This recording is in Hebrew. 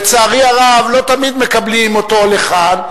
ולצערי הרב לא תמיד מקבלים אותו לכאן,